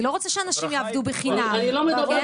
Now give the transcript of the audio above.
אני לא רוצה שאנשים יעבדו בחינם, כן?